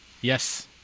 Yes